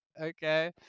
Okay